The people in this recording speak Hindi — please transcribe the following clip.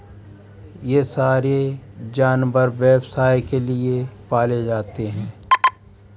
ये सारे जानवर व्यवसाय के लिए पाले जाते हैं